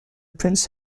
prince